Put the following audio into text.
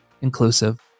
inclusive